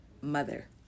mother